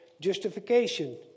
justification